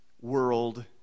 world